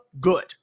good